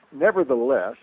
Nevertheless